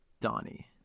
donnie